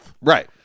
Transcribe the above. Right